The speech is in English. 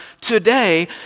today